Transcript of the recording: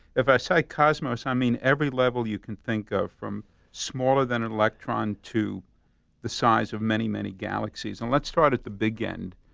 if i say cosmos, i mean every level you can think of, from smaller than an electron to the size of many, many galaxies and let's start at the big end.